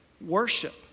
worship